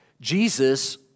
Jesus